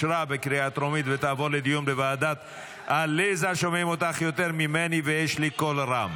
לוועדה לביטחון לאומי נתקבלה.